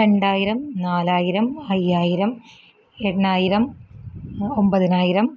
രണ്ടായിരം നാലായിരം അയ്യായിരം എട്ടായിരം ഒമ്പതിനായിരം